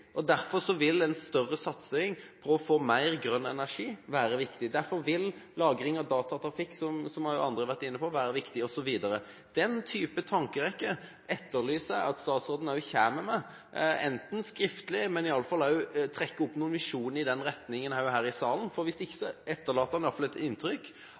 og derfor vil en større satsing for å få mer grønn energi, være viktig. Derfor vil lagring av datatrafikk, som også andre har vært inne på, være viktig osv. Den type tankerekke etterlyser jeg at statsråden kommer med, enten skriftlig eller i alle fall at det blir trukket opp noen visjoner i den retningen – også her i salen. Hvis ikke etterlater han et inntrykk